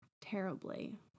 terribly